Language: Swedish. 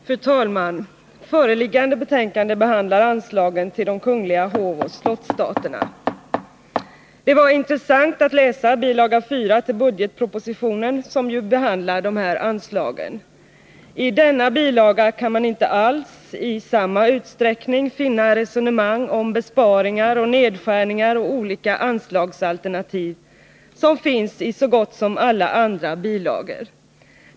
Fru talman! Föreliggande betänkande behandlar anslagen till de kungliga hovoch slottsstaterna. Det var intressant att läsa bil. 4 till budgetpropositionen, som behandlar dessa anslag. I denna bilaga kan man inte alls i samma utsträckning finna resonemang om besparingar och nedskärningar och olika anslagsalternativ som i så gott som alla andra bilagor.